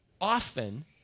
often